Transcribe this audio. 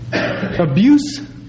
abuse